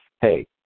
Hey